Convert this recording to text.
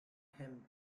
him